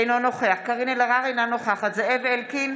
אינו נוכח קארין אלהרר, אינה נוכחת זאב אלקין,